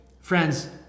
friends